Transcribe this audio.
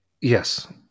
Yes